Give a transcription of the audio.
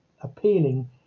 appealing